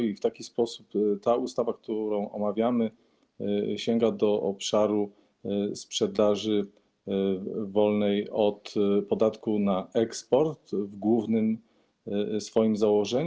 I w taki sposób ta ustawa, którą omawiamy, sięga do obszaru sprzedaży wolnej od podatku na eksport w głównym swoim założeniu.